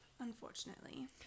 unfortunately